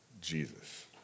Jesus